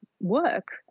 work